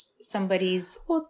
somebody's